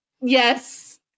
Yes